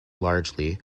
largely